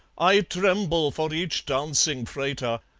i tremble for each dancing frater,